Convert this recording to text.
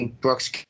Brooks